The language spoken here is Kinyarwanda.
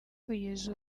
kugeza